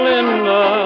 Linda